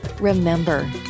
remember